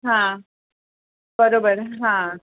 हां बरोबर हां